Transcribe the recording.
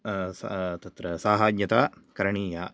स साहाय्यता करणीया